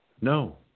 No